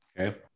okay